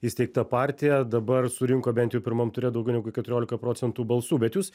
įsteigta partija dabar surinko bent jau pirmam ture daugiau negu keturiolika procentų balsų bet jūs